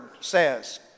says